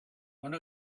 one